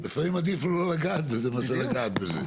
לפעמים עדיף לא לגעת בזה מאשר לגעת בזה.